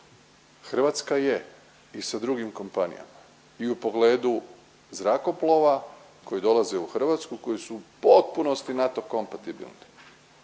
Hrvatska je i sa drugim kompanijama i u pogledu zrakoplova koji dolaze u Hrvatsku koji su u potpunosti NATO kompatibilni.